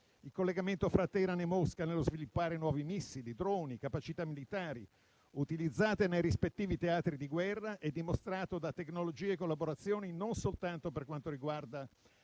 Il collegamento fra Teheran e Mosca nello sviluppare nuovi missili, droni e capacità militari, utilizzate nei rispettivi teatri di guerra, è dimostrato da tecnologie e collaborazioni non soltanto per quanto riguarda